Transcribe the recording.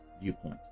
viewpoint